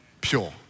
pure